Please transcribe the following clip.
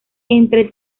entre